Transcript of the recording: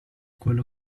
quello